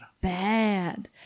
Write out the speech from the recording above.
bad